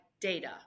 data